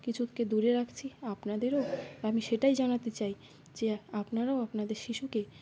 কিছুকে দূরে রাখছি আপনাদেরও আমি সেটাই জানাতে চাই যে আপনারাও আপনাদের শিশুকে